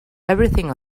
everything